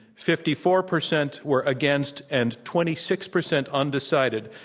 fifty four percent were against, and twenty six percent undecided.